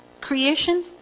creation